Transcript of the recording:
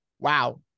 Wow